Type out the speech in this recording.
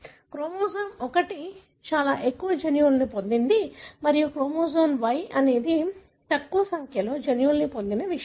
chromosome 1 చాలా ఎక్కువ జన్యువులను పొందింది మరియు క్రోమోజోమ్ Y అనేది తక్కువ సంఖ్యలో జన్యువులను పొందిన విషయం